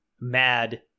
mad